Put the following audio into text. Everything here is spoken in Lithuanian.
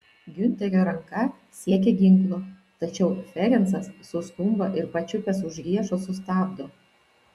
giunterio ranka siekia ginklo tačiau ferencas suskumba ir pačiupęs už riešo sustabdo